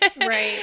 Right